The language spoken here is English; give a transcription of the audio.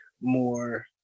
more